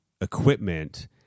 equipment